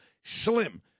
slim